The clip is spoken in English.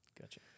Gotcha